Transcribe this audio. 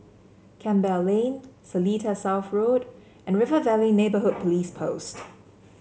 Campbell Lane Seletar South Road and River Valley Neighbourhood Police Post